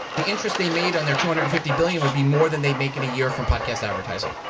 the interest they made on their two hundred and fifty billion would be more than they'd make in a year from podcast advertising.